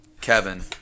Kevin